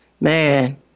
Man